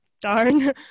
darn